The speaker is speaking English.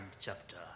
chapter